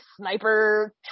sniper